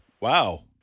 Wow